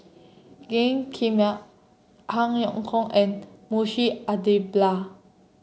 Gan Kim Han Yong Hong and Munshi Abdullah